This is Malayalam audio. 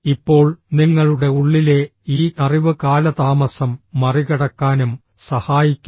ഇപ്പോൾ നിങ്ങളുടെ ഉള്ളിലെ ഈ അറിവ് കാലതാമസം മറികടക്കാനും സഹായിക്കുന്നു